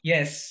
Yes